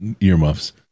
earmuffs